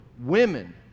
Women